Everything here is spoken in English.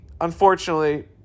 unfortunately